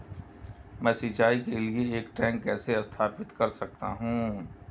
मैं सिंचाई के लिए एक टैंक कैसे स्थापित कर सकता हूँ?